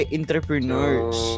entrepreneurs